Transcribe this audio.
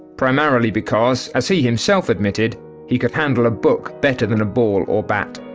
primarily because as he himself admitted he could handle a book better than a ball or bat.